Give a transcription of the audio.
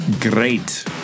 Great